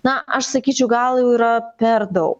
na aš sakyčiau gal jau yra per daug